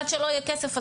עד שלא יהיה כסף,